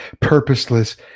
purposeless